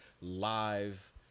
live